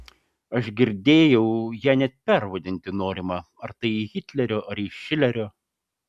aš girdėjau ją net pervadinti norima ar tai į hitlerio ar į šilerio